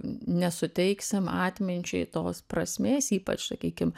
nesuteiksim atminčiai tos prasmės ypač sakykim